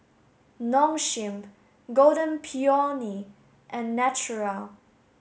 Nong Shim Golden Peony and Naturel